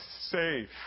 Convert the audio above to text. safe